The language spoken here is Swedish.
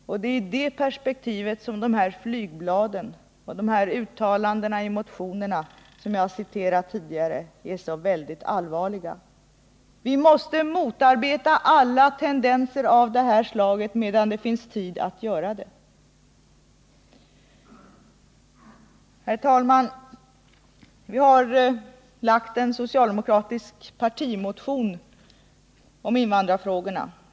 Och det är i det perspektivet som dessa flygblad och de uttalanden i motioner som jag citerat tidigare är så allvarliga. Vi måste motarbeta alla tendenser av det här slaget medan det finns tid att göra det. Herr talman! Vi har väckt en socialdemokratisk partimotion om invandrarfrågorna.